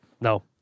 No